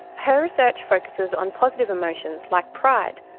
her research focuses on positive emotion like pride,